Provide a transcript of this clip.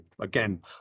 again